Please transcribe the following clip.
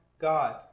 God